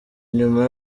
nyuma